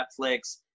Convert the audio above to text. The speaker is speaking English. Netflix